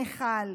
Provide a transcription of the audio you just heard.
מיכל,